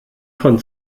von